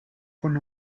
con